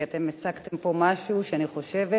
כי אתם הצגתם פה משהו שאני חושבת